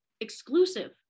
exclusive